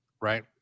Right